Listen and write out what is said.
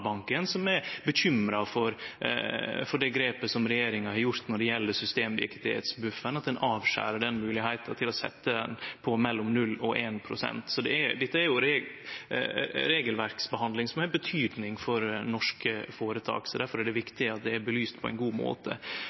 som er bekymra for det grepet som regjeringa har gjort når det gjeld systemviktigheitsbufferen: at ein avskjer den moglegheita til å setje han på mellom 0 og 1 pst. Dette er regelverksbehandling som har betyding for norske føretak. Difor er det viktig at det er belyst på ein god måte.